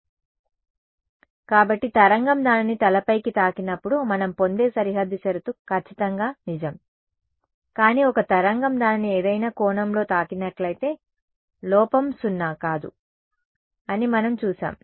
correct కాబట్టి తరంగం దానిని తలపైకి తాకినప్పుడు మనం పొందే సరిహద్దు షరతు ఖచ్చితంగా నిజం కానీ ఒక తరంగం దానిని ఏదైనా కోణంలో తాకినట్లయితే లోపం సున్నా కాదు అని మనం చూశాము